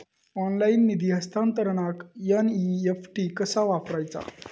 Online निधी हस्तांतरणाक NEFT कसा वापरायचा?